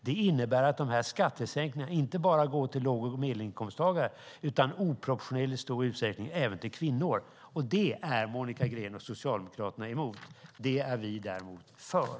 Det innebär att de här skattesänkningarna inte bara går till låg och medelinkomsttagare utan i oproportionerligt stor utsträckning även går till kvinnor. Det är Monica Green och Socialdemokraterna emot. Det är vi däremot för.